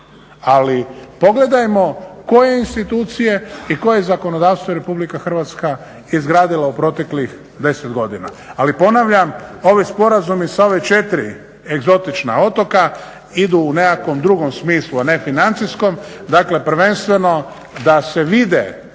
ali pogledajmo koje institucije i koje zakonodavstvo je Republika Hrvatska izgradila u proteklih 10 godina. Ali ponavljam, ovi Sporazumi sa ova četiri egzotična otoka idu u nekakvom drugom smislu a ne financijskom. Dakle, prvenstveno da se vide